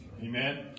Amen